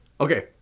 Okay